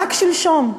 רק שלשום,